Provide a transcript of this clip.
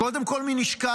קודם כול מנשקה,